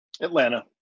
Atlanta